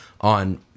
on